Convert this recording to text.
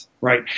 right